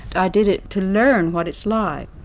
i did it to learn what it's like.